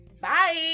bye